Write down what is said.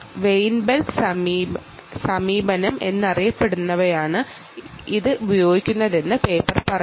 Weinberg സമീപനം എന്നറിയപ്പെടുന്നതാണ് ഇത് ഉപയോഗിക്കുന്നതെന്ന് പേപ്പർ പറയുന്നു